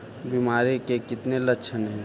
बीमारी के कितने लक्षण हैं?